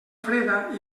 freda